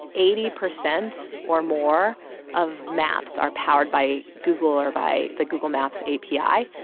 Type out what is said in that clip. eighty percent or more of maps are powered by google or by the google maps api,